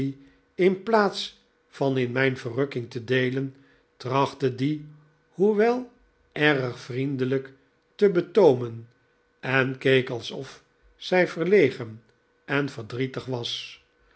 in plaats van in mijn verrukking te deelen trachtte die hoewel erg vriendelijk te betoomen en keek alsof zij verlegen en verdrietig was